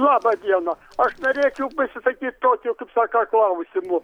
labą dieną aš norėčiau pasisakyt tokiu kaip saka klausimu